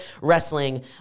wrestling